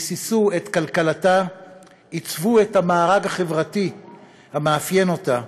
ביססו את כלכלתה ועיצבו את המארג החברתי המאפיין אותה.